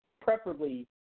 preferably